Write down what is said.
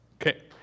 okay